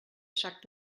sac